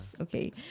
Okay